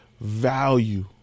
value